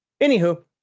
Anywho